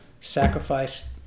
sacrifice